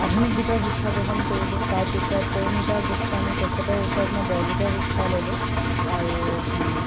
আধুনিক গীতৰ শিক্ষা গ্ৰহণ কৰিলোঁ তাৰপিছত পৰিণীতা গোস্বামী তেখেতৰ ওচৰত মই বৰগীতৰ শিক্ষা ল'লোঁ আৰু